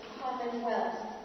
commonwealth